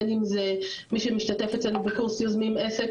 בין אם זה מי שמשתתף אצלנו בקורס יוזמים עסק,